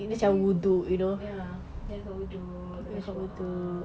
I think ya dia baca doa